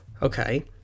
Okay